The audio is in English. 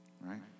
Right